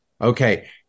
okay